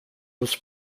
was